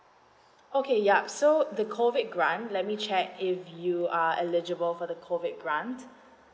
okay ya so the COVID grant let me check if you are eligible for the COVID grant